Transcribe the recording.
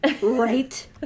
Right